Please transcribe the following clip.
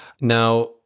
Now